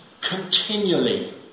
continually